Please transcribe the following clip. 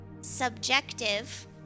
subjective